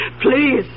Please